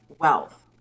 wealth